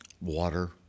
water